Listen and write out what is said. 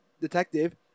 detective